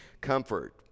comfort